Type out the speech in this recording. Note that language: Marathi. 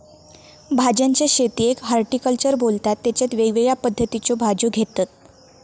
भाज्यांच्या शेतीयेक हॉर्टिकल्चर बोलतत तेच्यात वेगवेगळ्या पद्धतीच्यो भाज्यो घेतत